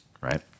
right